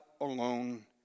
alone